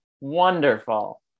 wonderful